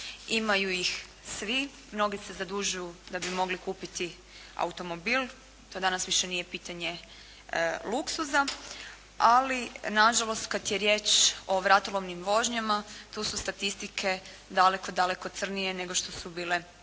imaju ih svi. Mnogi se zadužuju da bi mogli kupiti automobil. To danas više nije pitanje luksuza, ali na žalost kad je riječ o vratolomnim vožnjama tu su statistike daleko, daleko crnije nego što su bile tada